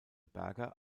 berger